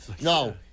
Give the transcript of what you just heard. No